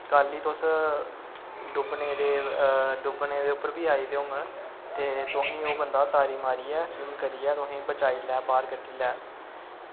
कल्ल गी तुस डुब्बने दे उप्पर बी आई दे होंगन ते तुसें ओह् बंदा तारी मारियै स्विमिंग करियै तुसें बचाई लै बाह्र कड्ढी लै